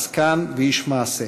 עסקן ואיש מעשה.